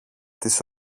της